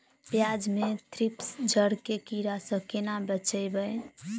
प्याज मे थ्रिप्स जड़ केँ कीड़ा सँ केना बचेबै?